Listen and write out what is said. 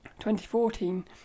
2014